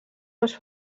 més